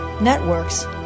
networks